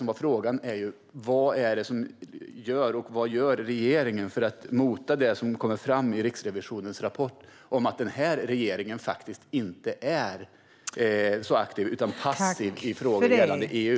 Men frågan är: Vad gör regeringen för att åtgärda det som kommer fram i Riksrevisionens rapport - att denna regering faktiskt inte är så aktiv utan passiv i frågor gällande EU?